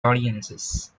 audiences